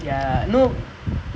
or like even better